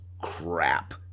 crap